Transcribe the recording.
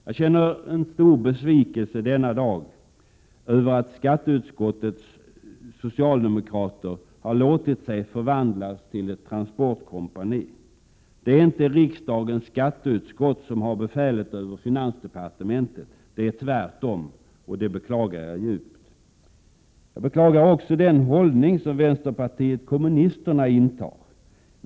Jag känner denna dag en stor besvikelse över att skatteutskottets socialdemokrater har låtit sig förvandlas till ett transportkompani. Det är inte riksdagens skatteutskott som har befälet över finansdepartementet. Det är tvärtom, och det beklagar jag djupt. Jag beklagar också den hållning som vänsterpartiet kommunisterna intar.